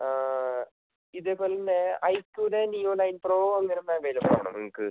ഇതേ പോലന്നെ ഐ ക്യുൻ്റെ നിയോ നൈൻ പ്രോ അന്നേരം അവൈലബിളാണോ നിങ്ങൾക്ക്